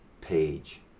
page